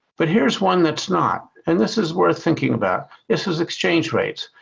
but here's one that's not and this is worth thinking about. this is exchange rates.